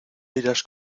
irás